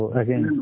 again